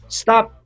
stop